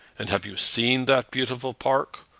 and have you seen that beautiful park?